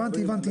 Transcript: הבנתי.